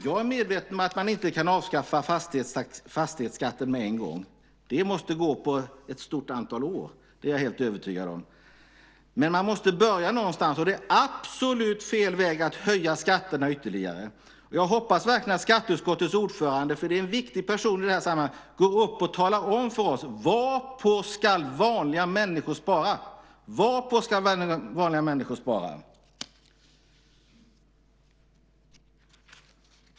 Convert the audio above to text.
Jag är medveten om att man inte kan avskaffa fastighetsskatten med en gång. Det måste gå på ett stort antal år. Det är jag helt övertygad om. Men man måste börja någonstans. Och det är absolut fel väg att höja skatterna ytterligare. Jag hoppas verkligen att skatteutskottets ordförande - det är en viktig person i detta sammanhang - går upp och talar om för oss vad vanliga människor ska spara på. Vad ska vanliga människor spara på?